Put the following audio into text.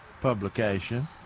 publication